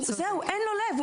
זהו, אין לו לב.